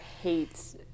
hates